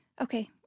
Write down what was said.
okay